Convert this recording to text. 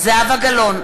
זהבה גלאון,